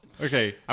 Okay